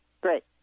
great